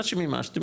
מה שמימשתם,